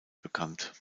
bekannt